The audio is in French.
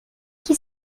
qui